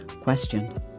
questioned